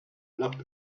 locked